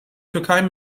türkei